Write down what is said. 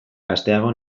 gazteago